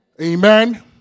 Amen